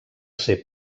ser